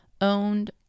owned